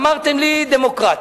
אמרתם לי דמוקרטית,